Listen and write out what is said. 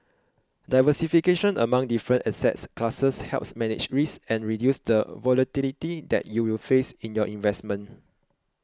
diversification among different asset classes helps manage risk and reduce the volatility that you will face in your investments